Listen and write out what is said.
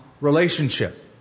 relationship